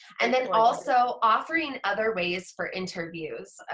and then also offering other ways for interviews.